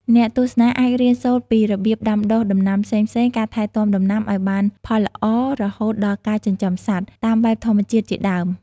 អ្នកទស្សនាអាចរៀនសូត្រពី របៀបដាំដុះដំណាំផ្សេងៗ ការថែទាំដំណាំឱ្យបានផលល្អ រហូតដល់ការចិញ្ចឹមសត្វ តាមបែបធម្មជាតិជាដើម។